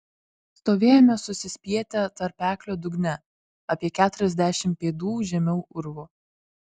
stovėjome susispietę tarpeklio dugne apie keturiasdešimt pėdų žemiau urvo